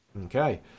Okay